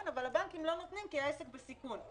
אבל הבנקים לא נותנים כי העסק בסיכון.